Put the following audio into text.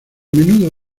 menudo